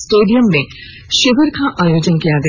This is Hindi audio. स्टेडियम में शिविर का आयोजन किया गया